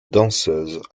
danseuse